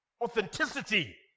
authenticity